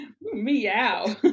meow